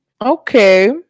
Okay